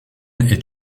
est